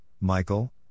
Michael